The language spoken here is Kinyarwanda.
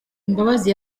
imbabazi